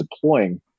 deploying